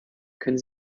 können